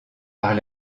par